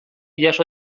jaso